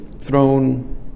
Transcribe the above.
throne